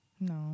no